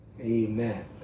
Amen